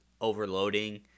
overloading